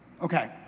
Okay